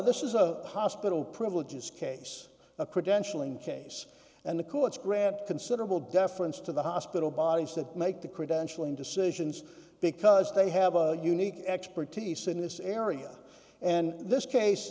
this is a hospital privileges case a credential in case and the courts grant considerable deference to the hospital bodies that make the credentialing decisions because they have a unique expertise in this area and this case